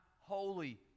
holy